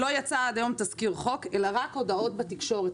לא יצא עד היום תזכיר חוק אלא רק הודעות בתקשורת.